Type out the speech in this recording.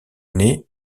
née